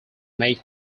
make